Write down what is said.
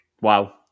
Wow